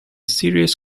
serious